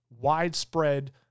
widespread